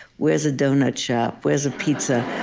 where's a donut shop? where's a pizza?